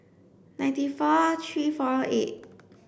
ninety four three four eight